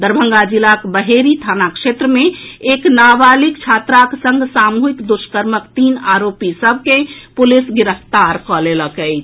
दरभंगा जिलाक बहेड़ी थाना क्षेत्र मे एक नाबालिग छात्राक संग सामूहिक दुष्कर्मक तीन आरोपी सभ के पुलिस गिरफ्तार कऽ लेलक अछि